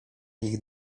ich